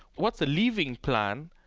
what's the leaving plan?